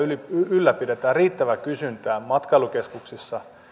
ylläpidetään riittävää kysyntää matkailukeskuksissa